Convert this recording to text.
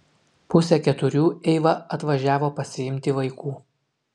pusę keturių eiva atvažiavo pasiimti vaikų